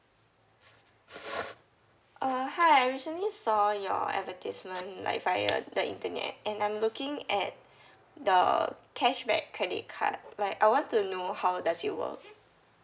hi I recently saw your advertisement like via the internet and I'm looking at the cashback credit card like I want to know how does it work